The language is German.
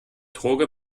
droge